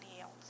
else